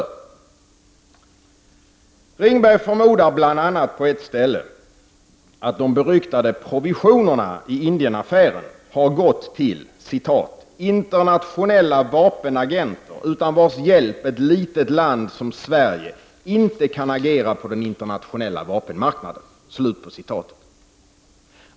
Ringberg förmodar bl.a. att de beryktade provisionerna i Indienaffären har gått till ”internationella vapenagenter utan vars hjälp ett litet land som Sverige inte kan agera på den internationella vapenmarknaden”.